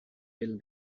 built